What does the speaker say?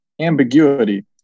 Ambiguity